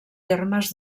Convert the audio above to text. termes